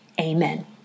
Amen